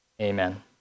amen